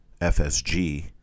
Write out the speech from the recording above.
FSG